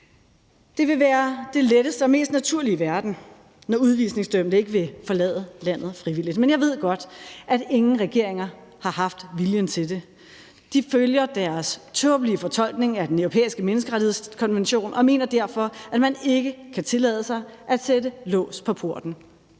Det vil være det letteste og mest naturlige verden, når udvisningsdømte ikke vil forlade landet frivilligt. Men jeg ved godt, at ingen regeringer har haft viljen til det. De følger deres tåbelige fortolkning af den europæiske menneskerettighedskonvention og mener derfor, at man ikke kan tillade sig at sætte lås på porten.